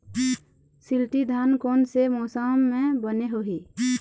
शिल्टी धान कोन से मौसम मे बने होही?